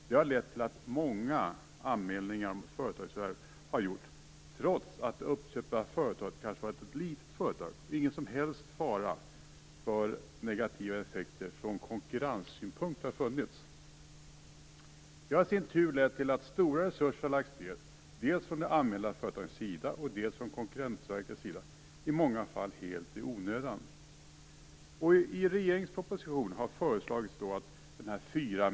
Detta har lett till att många anmälningar om företagsförvärv gjorts, trots att det uppköpta företaget kanske varit ett litet företag och ingen som helst fara för negativa effekter från konkurrenssynpunkt har funnits. Detta i sin tur har lett till att stora resurser lagts ned dels från de anmälda företagens sida, dels från Konkurrensverkets sida - i många fall helt i onödan.